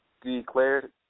declared